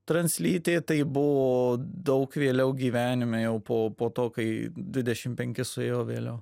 translytė tai buvo daug vėliau gyvenime jau po po to kai dvidešim penkis suėjo vėliau